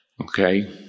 Okay